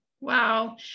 Wow